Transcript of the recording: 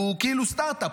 הוא כאילו סטרטאפ,